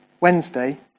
Wednesday